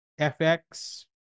FX